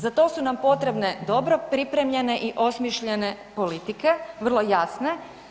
Za to su nam potrebne dobro pripremljene i osmišljene politike, vrlo jasne.